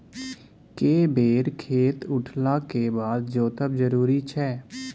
के बेर खेत उठला के बाद जोतब जरूरी छै?